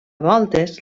voltes